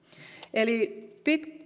eli